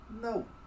no